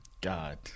God